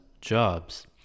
jobs